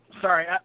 sorry